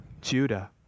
Judah